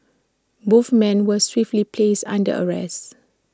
both men were swiftly placed under arrest